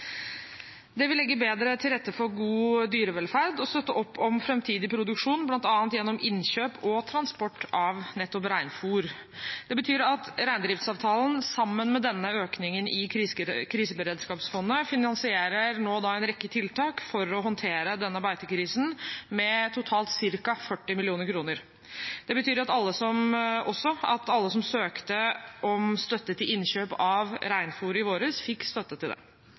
Det vil legge bedre til rette for god dyrevelferd og støtte opp om framtidig produksjon, bl.a. gjennom innkjøp og transport av nettopp reinfôr. Det betyr at reindriftsavtalen, sammen med denne økningen i kriseberedskapsfondet, nå finansierer en rekke tiltak for å håndtere denne beitekrisen, med totalt ca. 40 mill. kr. Det betyr også at alle som søkte om støtte til innkjøp av reinfôr i vår, fikk støtte til det.